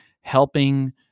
helping